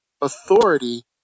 authority